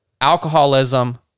alcoholism